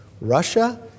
Russia